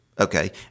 okay